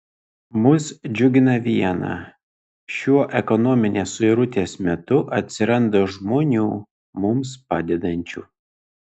mus džiugina viena šiuo ekonominės suirutės metu atsiranda žmonių mums padedančių